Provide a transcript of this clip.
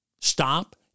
Stop